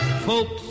Folks